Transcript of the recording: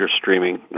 streaming